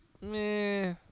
Meh